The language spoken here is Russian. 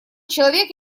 человек